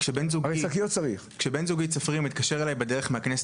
אני יודע שבתיק של העבודה שלי יש שקית בד או שקית רב פעמית.